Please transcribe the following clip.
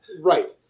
Right